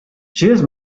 cheers